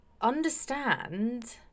understand